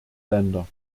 länder